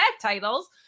titles